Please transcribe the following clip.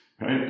right